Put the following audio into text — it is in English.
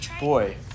Boy